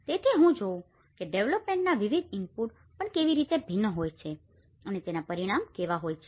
તેથી હું જોઈ રહ્યો છું કે ડેવેલપમેન્ટના વિવિધ ઇનપુટ્સ પણ કેવી રીતે ભિન્ન હોય છે અને પરિણામ કેવા રહે છે